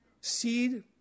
Seed